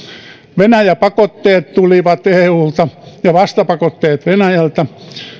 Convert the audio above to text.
venäjä pakotteet tulivat eulta ja vastapakotteet venäjältä